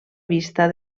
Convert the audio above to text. vista